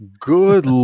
good